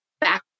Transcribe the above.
back